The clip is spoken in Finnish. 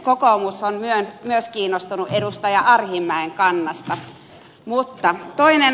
kokoomus on myös kiinnostunut edustaja arhinmäen kannasta